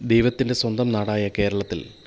ദൈവത്തിൻറെ സ്വന്തം നാടായ കേരളത്തിൽ